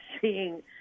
seeing